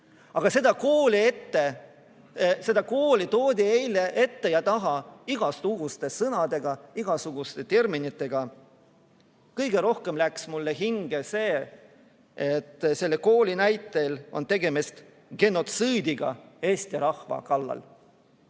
Aga seda kooli toodi eile ette ja taha, nimetati igasuguste sõnadega, igasuguste terminitega. Kõige rohkem läks mulle hinge see, nagu selle kooli näitel oleks tegemist genotsiidiga eesti rahva kallal.